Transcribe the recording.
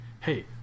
Hey